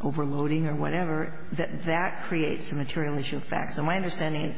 overloading or whatever that that creates a material issue of fact so my understanding i